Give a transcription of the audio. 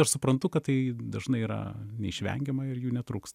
aš suprantu kad tai dažnai yra neišvengiama ir jų netrūks